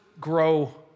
grow